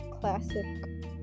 Classic